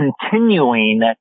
continuing